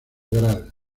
gral